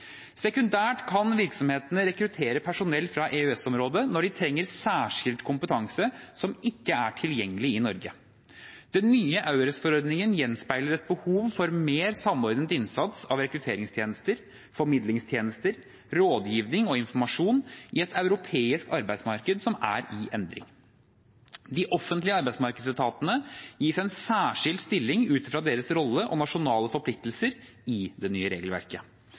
Sekundært kan virksomhetene rekruttere personell fra EØS-området når de trenger særskilt kompetanse som ikke er tilgjengelig i Norge. Den nye EURES-forordningen gjenspeiler et behov for mer samordnet innsats av rekrutteringstjenester, formidlingstjenester, rådgivning og informasjon i et europeisk arbeidsmarked som er i endring. De offentlige arbeidsmarkedsetatene gis en særskilt stilling ut fra sin rolle og sine nasjonale forpliktelser, i det nye regelverket.